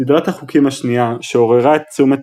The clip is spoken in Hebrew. סדרת החוקים השנייה שעוררה את תשומת